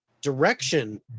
direction